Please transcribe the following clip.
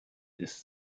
ist